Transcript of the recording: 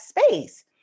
space